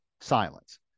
silence